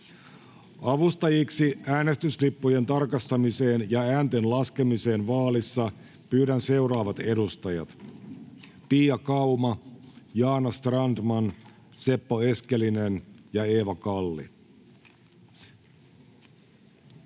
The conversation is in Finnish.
Avustajiksi äänestyslippujen tarkastamiseen ja äänten laskemiseen vaalissa pyydän seuraavat edustajat: Pia Kauma, Jaana Strandman, Seppo Eskelinen ja Eeva Kalli.